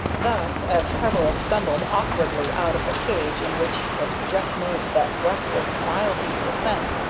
thus, as peveril stumbled awkwardly out of the cage in which he had just made that breathless, mile-deep descent,